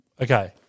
okay